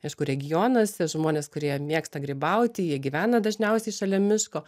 aišku regionuose žmonės kurie mėgsta grybauti jie gyvena dažniausiai šalia miško